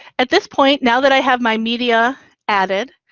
at this point, now that i have my media added,